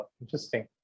interesting